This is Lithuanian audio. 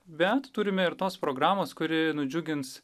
bet turime ir tos programos kuri nudžiugins